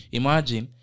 imagine